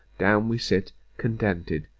down we sit contented,